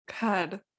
God